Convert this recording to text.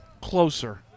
closer